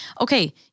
okay